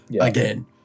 Again